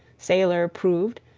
sailor proved,